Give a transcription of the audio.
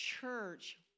church